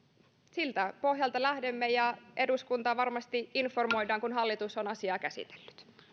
siltä pohjalta lähdemme ja eduskuntaa varmasti informoidaan kun hallitus on asiaa käsitellyt